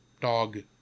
Dog